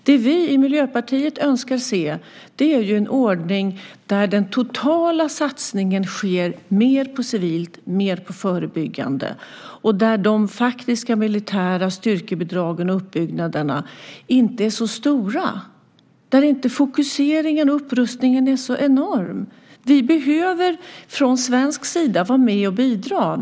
Det som vi i Miljöpartiet önskar se är en ordning där den totala satsningen sker mer på civilt och förebyggande arbete, där de faktiska militära styrkebidragen och uppbyggnaderna inte är så stora och där fokuseringen och upprustningen inte är så enorm. Vi behöver från svensk sida vara med och bidra.